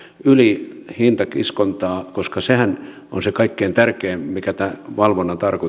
ylihintakiskontaa koska sehän on se kaikkein tärkein tämän valvonnan tarkoitus